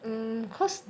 um cause